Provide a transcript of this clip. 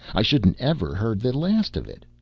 i shouldn't ever heard the last of it.